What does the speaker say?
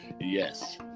Yes